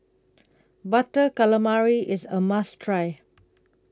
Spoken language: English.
Butter Calamari IS A must Try